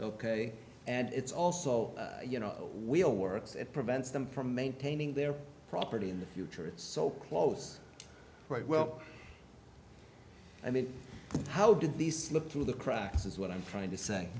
ok and it's also you know we all works it prevents them from maintaining their property in the future it's so close right well i mean how did these slip through the cracks is what i'm trying to say